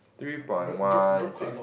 three point one six